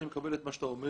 אני מקבל את מה שאתה אומר,